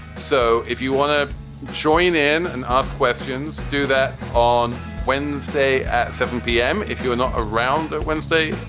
so if you want to join in and ask questions, do that on wednesday at seven p m. if you're not around that wednesday,